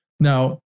Now